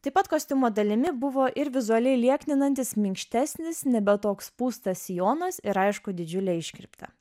taip pat kostiumo dalimi buvo ir vizualiai liekninantis minkštesnis nebe toks pūstas sijonas ir aišku didžiulė iškirptė